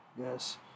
Yes